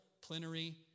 plenary